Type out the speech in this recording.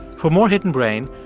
for more hidden brain,